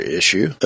issue